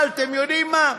אבל אתם יודעים מה?